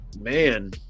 Man